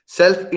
self